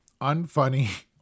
unfunny